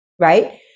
Right